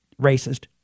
racist